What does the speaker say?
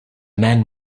men